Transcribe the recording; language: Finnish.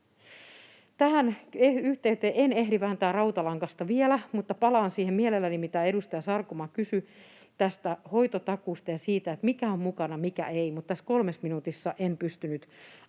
Tähän yhteyteen en ehdi vääntää rautalangasta vielä, mutta palaan siihen mielelläni, mitä edustaja Sarkomaa kysyi tästä hoitotakuusta ja siitä, mikä on mukana, mikä ei. Tässä kolmessa minuutissa en pysty nyt